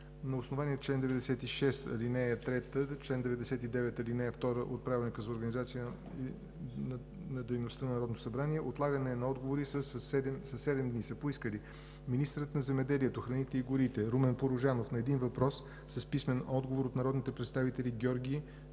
На основание чл. 96, ал. 3 и чл. 99, ал. 2 от Правилника за организацията и дейността на Народното събрание отлагане на отговори със седем дни е поискал министърът на земеделието, храните и горите Румен Порожанов на един въпрос с писмен отговор от народните представители Георги Стоилов